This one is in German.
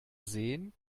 sehen